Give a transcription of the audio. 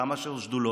כמה שיותר שדולות,